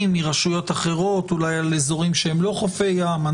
מרשויות אחרות אולי על אזורים שהם לא חופי ים.